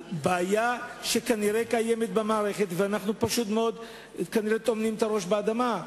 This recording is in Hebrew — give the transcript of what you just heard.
על בעיה שכנראה קיימת במערכת ואנחנו פשוט מאוד טומנים את הראש באדמה.